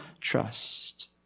trust